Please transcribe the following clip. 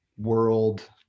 world